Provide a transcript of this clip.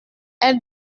elle